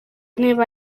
niba